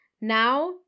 Now